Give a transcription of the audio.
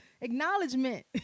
acknowledgement